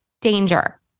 danger